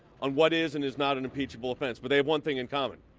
on what is and is not in impeachable offense. but they have one thing in common.